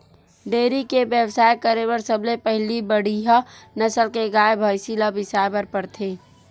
dairy के बेवसाय करे बर सबले पहिली बड़िहा नसल के गाय, भइसी ल बिसाए बर परथे